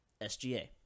SGA